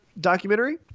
documentary